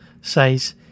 says